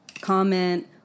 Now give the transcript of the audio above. comment